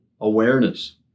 awareness